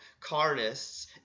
carnists